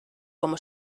como